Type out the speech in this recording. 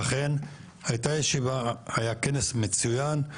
היה כנס מצוין,